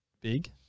big